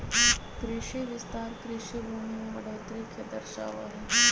कृषि विस्तार कृषि भूमि में बढ़ोतरी के दर्शावा हई